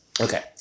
Okay